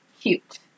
Cute